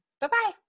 Bye-bye